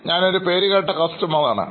ഞാനൊരു പേരുകേട്ടകസ്റ്റമർ ആണ്